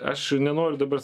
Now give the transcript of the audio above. aš nenoriu dabar